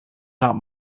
not